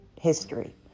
history